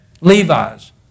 Levi's